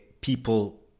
people